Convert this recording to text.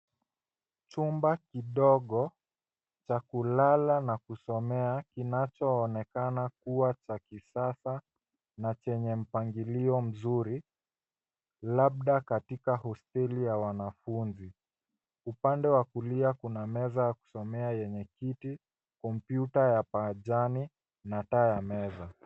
Chumba kidogo cha kulala na kusomea, kinachoonekana kua cha kisasa na chenye mpangilio mzuri, labda katika hosteli ya wanafunzi. Upande wa kulia kuna meza ya kusomea yenye kiti, kompyuta ya pajani, na taa ya meza.